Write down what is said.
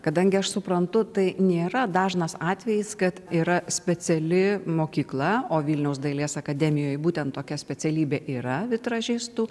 kadangi aš suprantu tai nėra dažnas atvejis kad yra speciali mokykla o vilniaus dailės akademijoje būtent tokia specialybė yra vitražistų